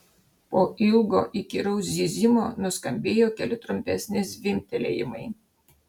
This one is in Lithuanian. po ilgo įkyraus zyzimo nuskambėjo keli trumpesni zvimbtelėjimai